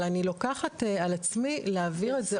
אבל אני לוקחת על עצמי להבהיר את זה